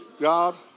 God